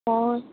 অঁ